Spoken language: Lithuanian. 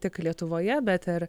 tik lietuvoje bet ir